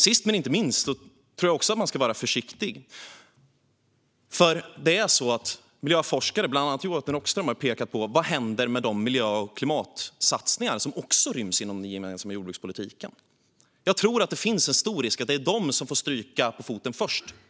Sist men inte minst tror jag att man ska vara försiktig. Miljöforskare, bland annat Johan Rockström, har pekat på vad som händer med de miljö och klimatsatsningar som också ryms inom den gemensamma jordbrukspolitiken. Det finns en stor risk att det är de som får stryka på foten först.